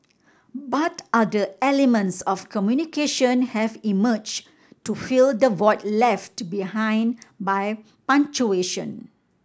but other elements of communication have emerged to fill the void left behind by punctuation